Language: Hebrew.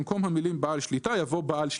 במקום המילים "בעל השליטה" יבוא "בעל שליטה"."